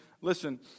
Listen